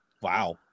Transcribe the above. Wow